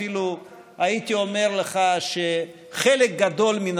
אפילו הייתי אומר לך שחלק גדול מן